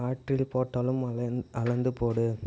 ஆற்றில் போட்டாலும் அளைந் அளந்து போடு